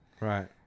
Right